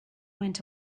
went